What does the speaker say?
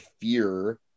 fear